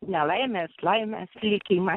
nelaimės laimės likimą